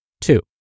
Two